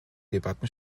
debatten